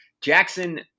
Jackson